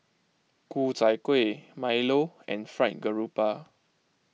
Ku Chai Kuih Milo and Fried Garoupa